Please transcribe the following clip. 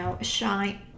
shine